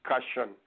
discussion